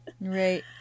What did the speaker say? Right